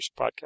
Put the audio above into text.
podcast